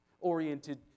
oriented